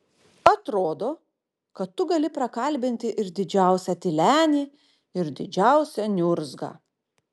atrodo kad tu gali prakalbinti ir didžiausią tylenį ir didžiausią niurzgą